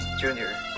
Junior